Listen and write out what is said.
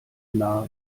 nah